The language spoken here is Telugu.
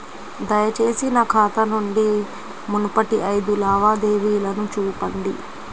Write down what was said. దయచేసి నా ఖాతా నుండి మునుపటి ఐదు లావాదేవీలను చూపండి